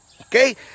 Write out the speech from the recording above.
Okay